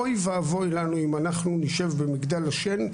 אוי ואבוי לנו אם אנחנו נשב במגדל השן,